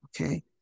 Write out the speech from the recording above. okay